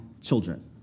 children